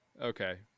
Okay